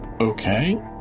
Okay